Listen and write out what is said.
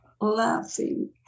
laughing